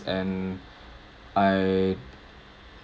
and I